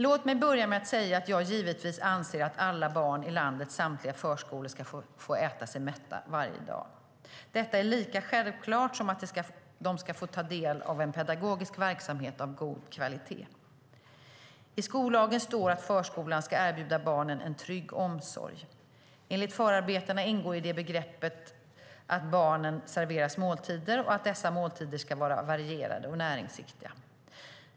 Låt mig börja med att säga att jag givetvis anser att alla barn i landets samtliga förskolor ska få äta sig mätta varje dag. Detta är lika självklart som att de ska få ta del av en pedagogisk verksamhet av god kvalitet. I skollagen står att förskolan ska erbjuda barnen en trygg omsorg. Enligt förarbetena ingår det i begreppet omsorg att barnen serveras måltider och att dessa måltider ska vara varierade och näringsriktiga.